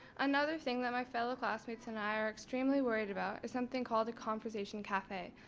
another thing that my fellow classmates and i are extremely worried about is something called a conversation cafe.